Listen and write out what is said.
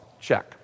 Check